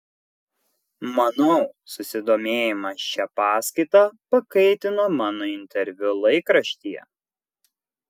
manau susidomėjimą šia paskaita pakaitino mano interviu laikraštyje